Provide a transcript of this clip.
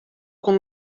con